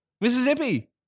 Mississippi